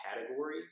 category